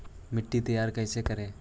मिट्टी तैयारी कैसे करें?